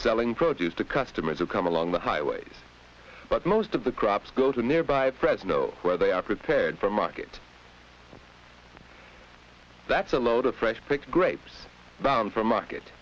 selling produce to customers who come along the highways but most of the crops go to nearby fresno where they are prepared for market that's a load of fresh picked grapes bound for market